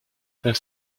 their